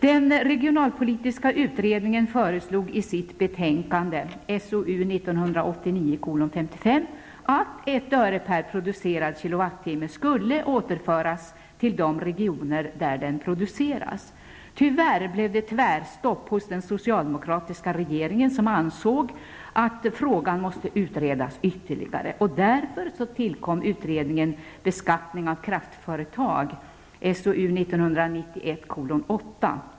Den regionalpolitiska utredningen föreslog i sitt betänkande, SOU 1989:55, att ett öre per producerad kilowattimme skulle återföras till de regioner där elkraften produceras. Tyvärr blev det tvärstopp hos den socialdemokratiska regeringen, som ansåg att frågan måste utredas ytterligare. Därför tillkom utredningen ''Beskattning av kraftföretag'', SOU 1991:8.